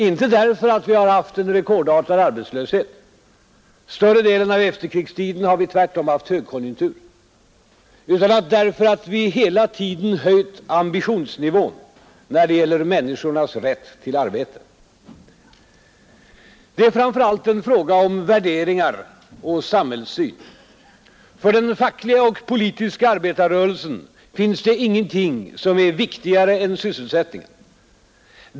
Inte därför att vi haft en rekordartad arbetslöshet — större delen av efterkrigstiden har vi tvärtom haft högkonjunktur — utan därför att vi hela tiden höjt ambitionsnivån när det gäller människornas rätt till arbete. Det är framför allt en fråga om värderingar och samhällssyn. För den fackliga och politiska arbetarrörelsen finns det ingenting som är viktigare än sysselsättningen.